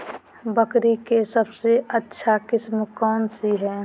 बकरी के सबसे अच्छा किस्म कौन सी है?